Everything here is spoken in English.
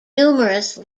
numerous